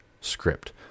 script